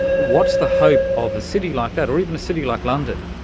what's the hope of a city like that, or even a city like london,